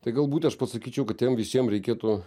tai galbūt aš pasakyčiau kad tiem visiem reikėtų